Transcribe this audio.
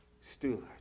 stood